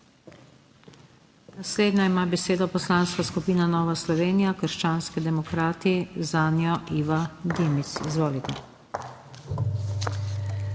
Naslednja ima besedo Poslanska skupina Nova Slovenija - krščanski demokrati, zanjo Iva Dimic. Izvolite.